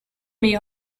may